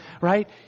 right